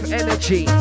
energy